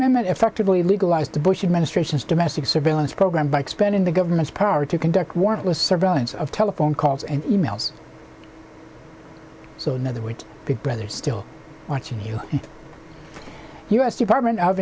human that effectively legalized the bush administration's domestic surveillance program by expanding the government's power to conduct warrantless surveillance of telephone calls and e mails so in other words big brother still watching you u s department of